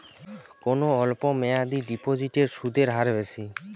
কোন অল্প মেয়াদি ডিপোজিটের সুদের হার বেশি?